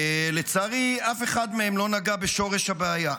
ולצערי אף אחד מהם לא נגע בשורש הבעיה.